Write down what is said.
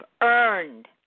earned